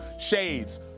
shades